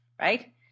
right